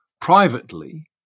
privately